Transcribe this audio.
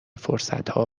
فرصتها